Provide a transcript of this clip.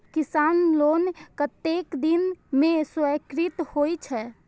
किसान लोन कतेक दिन में स्वीकृत होई छै?